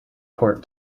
port